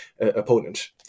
opponent